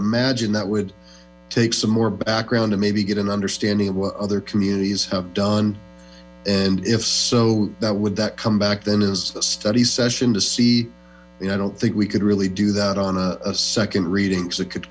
imagine that would take some more background to maybe get an understanding of what other communities have done and if so that would that come back then is a study session to see you know i don't think we could really do that on a second reading that could